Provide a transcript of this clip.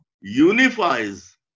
unifies